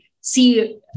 see